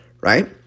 right